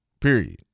period